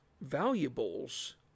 valuables